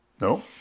No